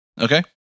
Okay